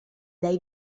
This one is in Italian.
dai